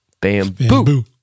Bamboo